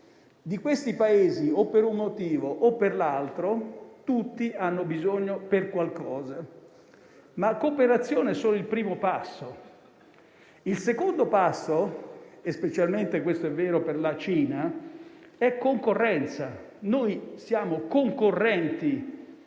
Di questi Paesi, o per un motivo o per l'altro, tutti hanno bisogno per qualcosa. La cooperazione è solo il primo passo. Il secondo - e questo è specialmente vero per la Cina - è la concorrenza. Siamo concorrenti